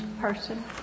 person